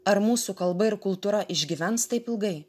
ar mūsų kalba ir kultūra išgyvens taip ilgai